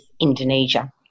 Indonesia